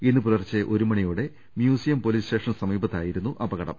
ഇന്ന് പുലർച്ചെ ഒരുമണിയോടെ മ്യൂസിയം പൊലീസ് സ്റ്റേഷന് സമീപത്തായിരുന്നു അപകടം